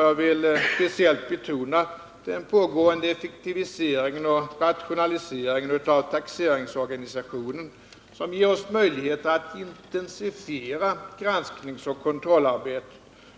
Jag vill speciellt betona den pågående effektiviseringen och rationaliseringen av taxeringsorganisationen, som ger oss möjligheter att intensifiera granskningsoch kontrollarbetet.